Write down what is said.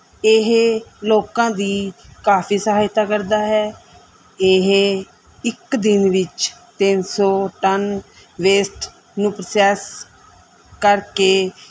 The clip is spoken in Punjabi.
ਇਹ ਲੋਕਾਂ ਦੀ ਕਾਫੀ ਸਹਾਇਤਾ ਕਰਦਾ ਹੈ ਇਹ ਇੱਕ ਦਿਨ ਵਿੱਚ ਤਿੰਨ ਸੌ ਟਨ ਵੇਸਟ ਨੂੰ ਪ੍ਰੋਸੈਸ ਕਰਕੇ